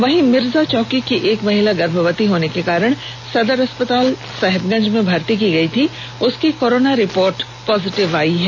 वहीं मिर्जाचौकी की एक महिला गर्भवती होने के कारण सदर अस्पताल साहिबगंज में भर्ती की गईं थीं उसकी कोरोना रिपोर्ट पॉजिटिव आई है